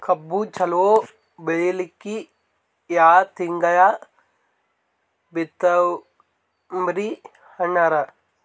ಕಬ್ಬು ಚಲೋ ಬೆಳಿಲಿಕ್ಕಿ ಯಾ ತಿಂಗಳ ಬಿತ್ತಮ್ರೀ ಅಣ್ಣಾರ?